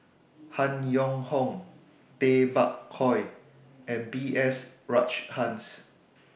Han Yong Hong Tay Bak Koi and B S Rajhans